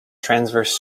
transverse